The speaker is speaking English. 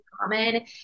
common